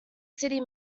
city